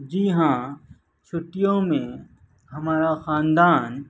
جی ہاں چھٹیوں میں ہمارا خاندان